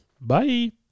Bye